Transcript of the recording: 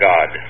God